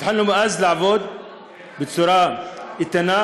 התחלנו מאז לעבוד בצורה איתנה,